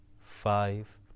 five